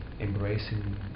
embracing